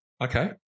Okay